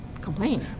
complain